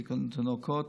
תינוקות,